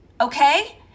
Okay